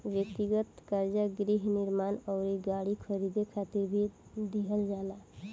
ब्यक्तिगत कर्जा गृह निर्माण अउरी गाड़ी खरीदे खातिर भी लिहल जाला